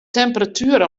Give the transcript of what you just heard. temperatuer